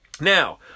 Now